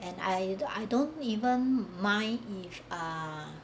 and I don~ I don't even mind if ah